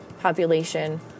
population